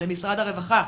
למשרד הרווחה,